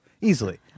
Easily